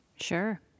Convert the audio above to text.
sure